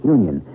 Union